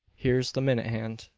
here's the minute hand.